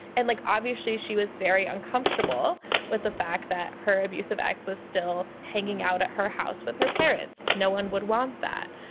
and like obviously she was very uncomfortable with the fact that her abusive ex was still hanging out at her house with her parents. no one would want that.